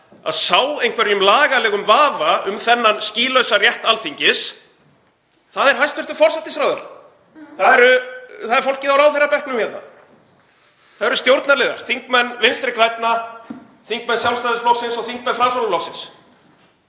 að sá einhverjum lagalegum vafa um þennan skýlausa rétt Alþingis er hæstv. forsætisráðherra, það er fólkið á ráðherrabekknum hérna, það eru stjórnarliðar, þingmenn Vinstri grænna, þingmenn Sjálfstæðisflokksins og þingmenn Framsóknarflokksins.